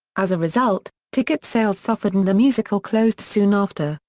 as a result, ticket sales suffered and the musical closed soon after,